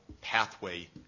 pathway